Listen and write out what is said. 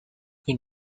que